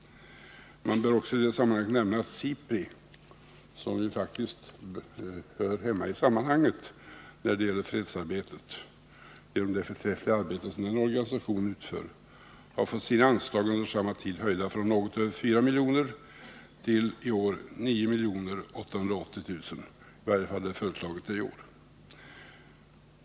Man bör också nämna att SIPRI — som ju faktiskt hör hemma i sammanhanget när det gäller fredsarbetet, genom den förträffliga verksamhet som organisationen bedriver — har fått sina anslag under samma tid höjda från något över 4 miljoner till i år 9 880 000; i varje fall är det beloppet föreslaget i år.